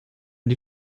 die